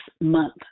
month